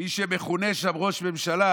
שמי שמכונה שם ראש ממשלה,